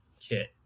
kit